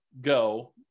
go